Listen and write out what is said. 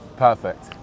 Perfect